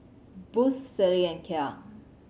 Boost Sealy and Kia